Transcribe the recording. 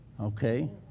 Okay